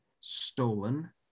stolen